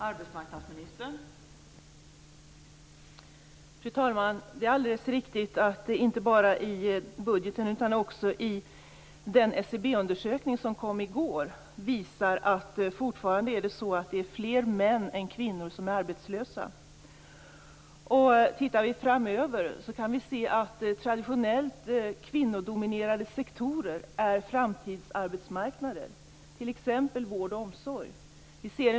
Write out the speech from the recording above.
Fru talman! Det är alldeles riktigt att inte bara budgeten utan också den SCB-undersökning som kom i går visar att det fortfarande är fler män än kvinnor som är arbetslösa. Tittar vi framöver kan vi se att traditionellt kvinnodominerade sektorer, t.ex. vård och omsorg, är framtidsarbetsmarknader.